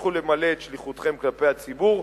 תמשיכו למלא את שליחותכם כלפי הציבור,